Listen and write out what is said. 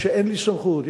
כשאין לי סמכות,